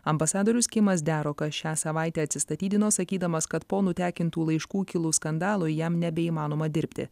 ambasadorius kimas derokas šią savaitę atsistatydino sakydamas kad po nutekintų laiškų kilus skandalui jam nebeįmanoma dirbti